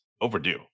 overdue